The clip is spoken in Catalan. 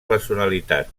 personalitat